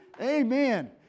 Amen